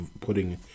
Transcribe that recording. putting